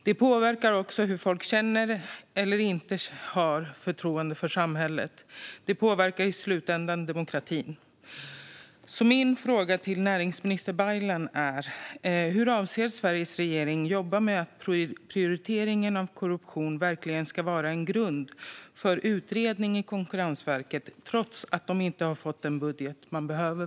Det påverkar hur folk känner inför och hur stort förtroende de har för samhället, vilket i slutändan påverkar demokratin. Min fråga till näringsminister Baylan är: Hur avser Sveriges regering att jobba för att prioriteringen av korruption verkligen ska vara en grund för utredning hos Konkurrensverket, trots att man inte har fått den budget man behöver?